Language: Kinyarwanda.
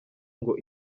ngo